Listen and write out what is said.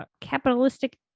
capitalistic